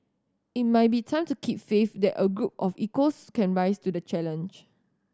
it might be time to keep faith that a group of equals can rise to the challenge